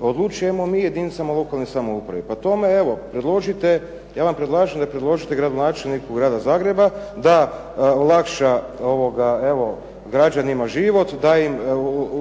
odlučujemo mi u jedinicama lokalne samouprave. Prema tome, evo predložite, ja vam predlažem da predložite gradonačelniku Grada Zagreba da olakša građanima život, da im